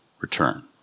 return